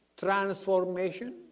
transformation